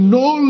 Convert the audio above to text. no